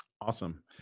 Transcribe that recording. Awesome